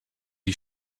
die